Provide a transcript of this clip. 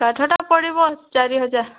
କାଠଟା ପଡ଼ିବ ଚାରି ହଜାର